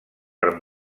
per